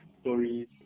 stories